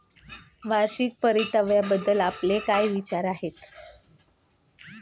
वार्षिक परताव्याबद्दल आपले काय विचार आहेत?